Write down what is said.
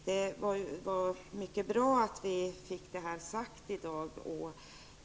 Det var mycket bra att vi fick det här sagt i dag.